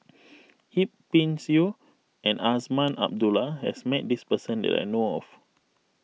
Yip Pin Xiu and Azman Abdullah has met this person that I know of